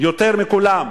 יותר מכולם,